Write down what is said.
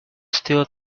still